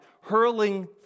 hurling